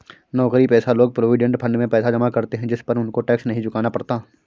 नौकरीपेशा लोग provident fund में पैसा जमा करते है जिस पर उनको टैक्स नहीं चुकाना पड़ता